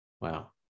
Wow